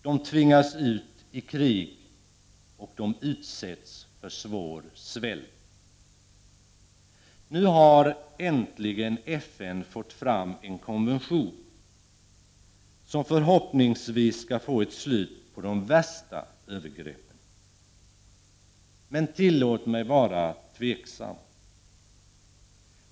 De tvingas ut i krig, och de utsätts för svår svält. Nu har äntligen FN fått fram en konvention, som förhoppningsvis skall få slut på de värsta övergreppen. Men tillåt mig att vara tveksam.